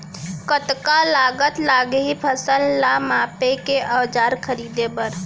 कतका लागत लागही फसल ला मापे के औज़ार खरीदे बर?